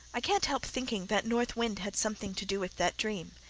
i can't help thinking that north wind had something to do with that dream.